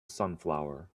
sunflower